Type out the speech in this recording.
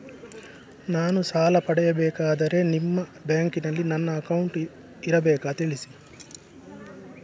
ನಾನು ಸಾಲ ಪಡೆಯಬೇಕಾದರೆ ನಿಮ್ಮ ಬ್ಯಾಂಕಿನಲ್ಲಿ ನನ್ನ ಅಕೌಂಟ್ ಇರಬೇಕಾ ತಿಳಿಸಿ?